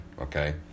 okay